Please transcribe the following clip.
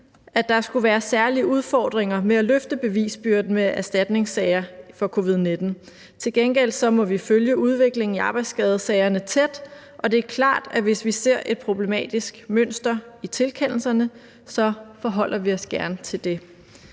at der skulle være særlige udfordringer med at løfte bevisbyrden med erstatningssager for covid-19. Til gengæld må vi følge udviklingen i arbejdsskadesagerne tæt, og det er klart, at hvis vi ser et problematisk mønster i tilkendelserne, forholder vi os gerne til det.